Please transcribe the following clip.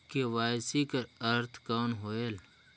KYC कर अर्थ कौन होएल?